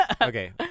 Okay